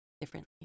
differently